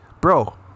bro